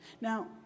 Now